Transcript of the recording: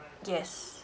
yes